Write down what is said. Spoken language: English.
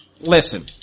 Listen